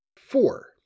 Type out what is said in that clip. Four